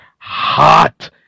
hot